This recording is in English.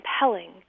compelling